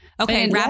Okay